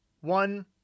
one